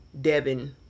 Devin